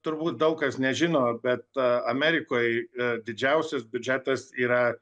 turbūt daug kas nežino bet amerikoj didžiausias biudžetas yra